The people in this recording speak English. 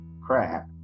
crap